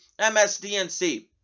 MSDNC